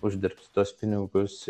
uždirbsi tuos pinigus